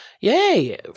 Yay